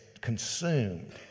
consumed